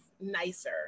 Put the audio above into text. nicer